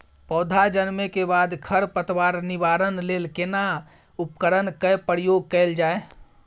पौधा जन्म के बाद खर पतवार निवारण लेल केना उपकरण कय प्रयोग कैल जाय?